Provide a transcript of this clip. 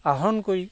আহৰণ কৰি